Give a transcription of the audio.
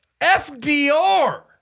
FDR